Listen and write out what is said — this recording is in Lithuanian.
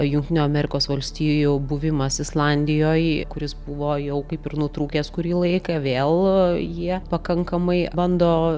jungtinių amerikos valstijų buvimas islandijoj kuris buvo jau kaip ir nutrūkęs kurį laiką vėl jie pakankamai bando